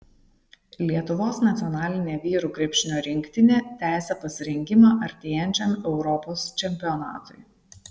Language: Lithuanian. lietuvos nacionalinė vyrų krepšinio rinktinė tęsią pasirengimą artėjančiam europos čempionatui